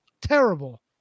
Terrible